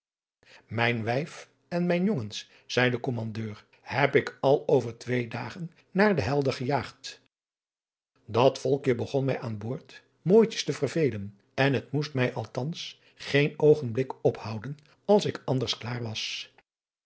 mijn wijf en mijn jongens zeî de kommandeur heb ik al over twee dagen naar de helder gejaagd dat volkje begon mij aan boord mooitjes te vervelen en het moest mij althans geen oogenblik ophouden als ik anders klaar was